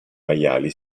maiali